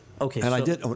Okay